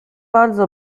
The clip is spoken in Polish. bardzo